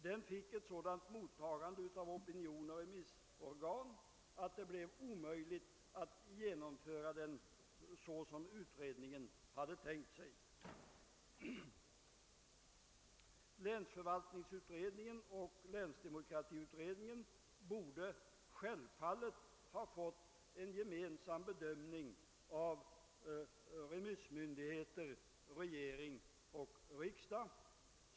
Den fick ett sådant mottagande av opinion och remissorgan, att det blev omöjligt att genomföra reformen så som utredningen hade tänkt sig. Länsförvaltningsutredningen och länsdemokratiutredningen borde självfallet ha fått en gemensam bedömning av remissmyndigheter, regering och riksdag.